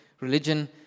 religion